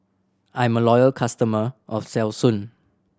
I'm a loyal customer of Selsun